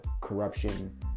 corruption